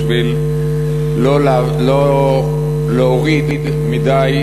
בשביל לא להוריד מדי,